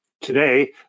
Today